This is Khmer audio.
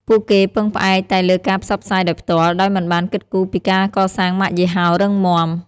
ពួកគេពឹងផ្អែកតែលើការផ្សព្វផ្សាយដោយផ្ទាល់ ដោយមិនបានគិតគូរពីការកសាងម៉ាកយីហោរឹងមាំ។